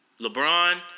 LeBron